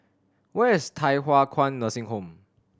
where is Thye Hua Kwan Nursing Home